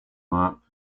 month